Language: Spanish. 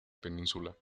península